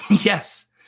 Yes